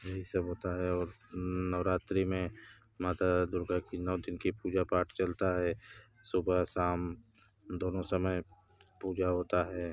यही सब होता है और नवरात्रि में माता दुर्गा की नौ दिन की पूजा पाठ चलता है सुबह शाम दोनों समय पूजा होती है